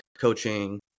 coaching